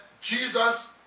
Jesus